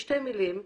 בשתי מילים: